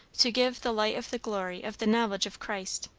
to give the light of the glory of the knowledge of christ